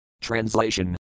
Translation